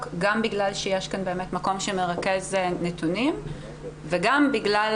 גם בגלל שיש כאן מקום שמרכז נתונים וגם בגלל,